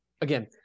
Again